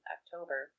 October